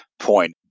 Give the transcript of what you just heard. point